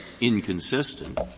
inconsistent